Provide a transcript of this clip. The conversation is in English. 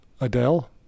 Adele